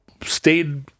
stayed